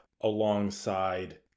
alongside